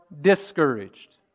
discouraged